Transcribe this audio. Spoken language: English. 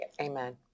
Amen